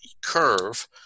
curve